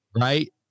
right